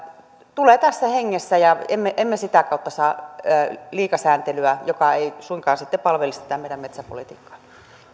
tulee tässä hengessä ja emme emme sitä kautta saa liikasääntelyä joka ei suinkaan sitten palvelisi tätä meidän metsäpolitiikkaamme